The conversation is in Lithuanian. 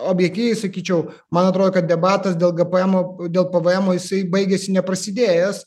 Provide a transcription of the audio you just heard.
objektyviai sakyčiau man atrodo kad debatas dėl gpmo dėl pvmo jisai baigėsi neprasidėjęs